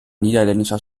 niederländischer